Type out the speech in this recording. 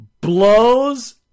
blows